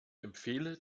empfehle